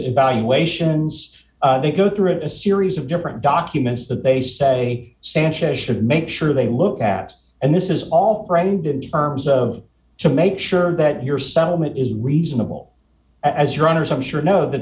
evaluation they go through a series of different documents that they say sanchez should make sure they look at and this is all friend in terms of to make sure that your settlement is reasonable as runners i'm sure know that